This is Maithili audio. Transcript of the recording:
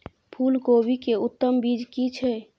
फूलकोबी के उत्तम बीज की छै?